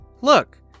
look